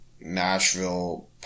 Nashville